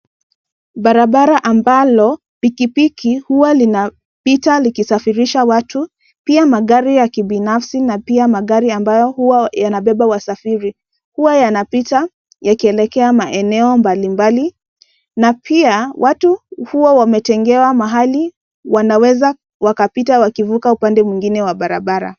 Barabara ambalo pikipiki huwa linapita likisafirisha watu pia magari ya kibinafsi na pia magari ambayo huwa yanabeba wasafiri huwa yanapita yakielekea maeneo mbalimbali na pia watu huwa wametengewa mahali wanaweza wakapita wakivuka upande mwingine wa barabara.